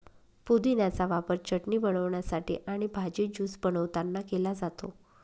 पुदिन्याचा वापर चटणी बनवण्यासाठी आणि भाजी, ज्यूस बनवतांना केला जातो